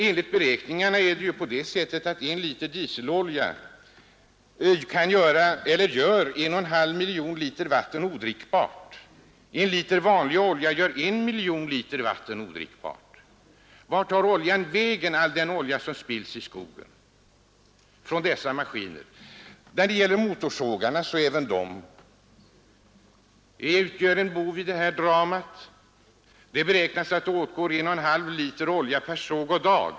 Enligt beräkningarna är det så att 1 liter dieselolja gör 1,5 miljoner liter vatten odrickbart, och 1 liter vanlig olja gör 1 miljon liter vatten odrickbart. Vart tar all den olja vägen som spills i skogen från dessa maskiner? Även motorsågarna är en bov i det här dramat. Det beräknas att det åtgår 1,5 liter olja per såg och dag.